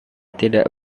tidak